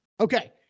Okay